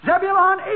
Zebulon